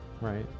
Right